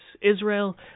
Israel